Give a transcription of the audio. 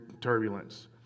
turbulence